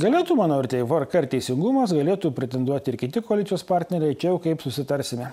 galėtų manau ir teivarka ir teisingumas galėtų pretenduoti ir kiti koalicijos partneriai čia jau kaip susitarsime